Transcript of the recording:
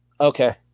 Okay